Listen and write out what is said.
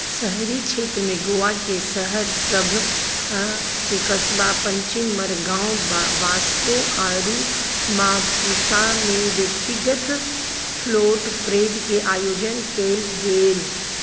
शहरी क्षेत्रमे गोवाके शहरसभ आ के कस्बा पञ्चिम मरगाँव वास्को आओर मापुसामे व्यक्तिगत फ्लोट परेडकेँ आयोजन कयल गेल